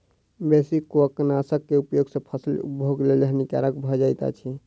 बेसी कवकनाशक के उपयोग सॅ फसील उपभोगक लेल हानिकारक भ जाइत अछि